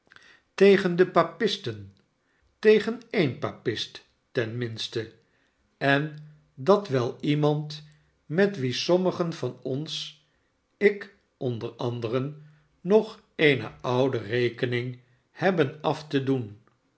tegen de papisten tegen een papist ten minste en dat wel iemand met wien sommigen van ons ik onder anderen nog eene oude rekening hebben af te doen